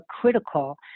critical